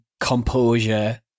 composure